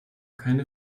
keine